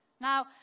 Now